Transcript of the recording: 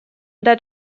that